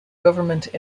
government